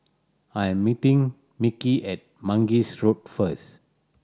I am meeting Mickie at Mangis Road first